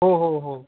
हो हो हो